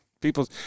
People